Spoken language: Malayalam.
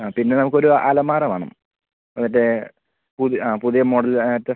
ആ പിന്നെ നമുക്ക് ഒര് അലമാര വേണം മറ്റെ പുതിയ ആ പുതിയ മോഡല് അത്